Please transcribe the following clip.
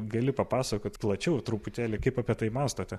gali papasakot plačiau truputėlį kaip apie tai mąstote